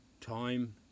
time